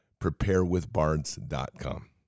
preparewithbards.com